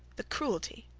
the cruelty,